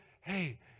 hey